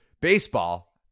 baseball